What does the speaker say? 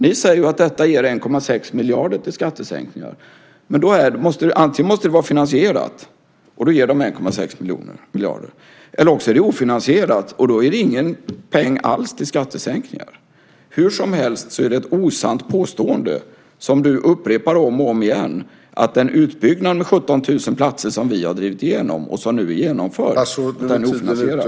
Ni säger ju att detta ger 1,6 miljarder till skattesänkningar. Om platserna verkligen är finansierade kan de ge 1,6 miljarder, men om de är ofinansierade ger de inga pengar alls till skattesänkningar. Hur som helst är det ett osant påstående som Ulf Nilsson kommer med när han säger att den utbyggnad med 17 000 platser som vi har drivit igenom och som nu är genomförd skulle vara ofinansierad.